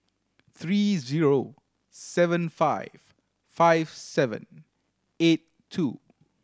three zero seven five five seven eight two